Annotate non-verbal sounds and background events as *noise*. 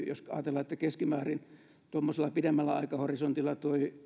*unintelligible* jos ajatellaan että tuommoisella pidemmällä aikahorisontilla